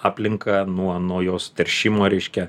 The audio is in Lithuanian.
aplinką nuo nuo jos teršimo reiškia